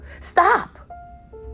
Stop